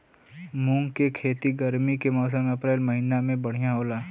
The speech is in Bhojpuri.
मुंग के खेती गर्मी के मौसम अप्रैल महीना में बढ़ियां होला?